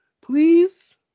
Please